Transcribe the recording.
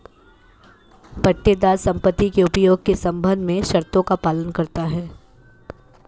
पट्टेदार संपत्ति के उपयोग के संबंध में शर्तों का पालन करता हैं